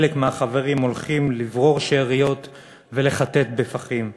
חלק מהחברים הולכים לברור שאריות ולחטט בפחים?